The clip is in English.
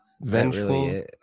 Vengeful